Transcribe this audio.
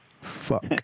Fuck